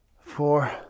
four